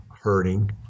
hurting